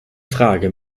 frage